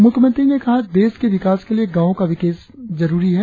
मुख्यमंत्री ने कहा देश के विकास के लिए गांवों का विकास जरुरी है